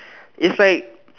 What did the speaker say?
is like